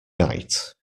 night